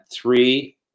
three